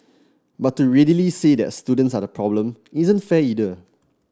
but to readily say that students are the problem isn't fair either